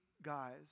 Guys